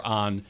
on